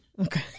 Okay